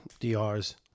DRs